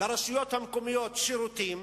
לרשויות המקומיות שירותים